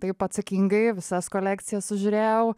taip atsakingai visas kolekcijas sužiūrėjau